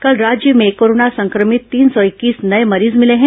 कल राज्य में कोरोना संक्रमित तीन सौ इक्कीस नये मरीज भिले हैं